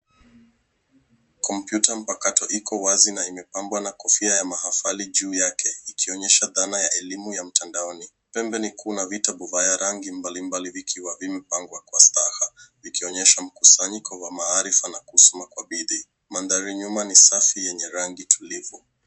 Kompyuta mpakato iko wazi na imepambwa na kofia ya mahafali juu yake ikionyesha dhana ya elimu ya mtandaoni. Pembeni kuna vitabu vya rangi mbali mbali vikionyesha mkusanyiko wa maarifa na kusoma kwa bidii. Mandhari nyuma ni safi yenye rangi tulivu.